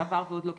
ועוד לא קיבלו,